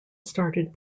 started